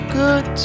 good